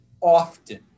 often